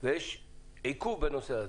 ויש עיכוב בנושא הזה.